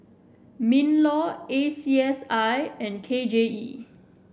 Minlaw A C S I and K J E